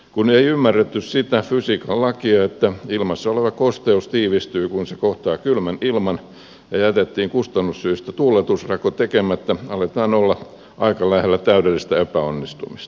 kun ei ymmärretty sitä fysiikan lakia että ilmassa oleva kosteus tiivistyy kun se kohtaa kylmän ilman ja jätettiin kustannussyistä tuuletusrako tekemättä alettiin olla aika lähellä täydellistä epäonnistumista